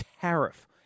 tariff